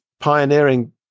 pioneering